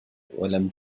ولم